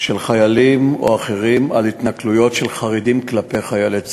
של חיילים או אחרים על התנכלויות של חרדים כלפי חיילי צה"ל.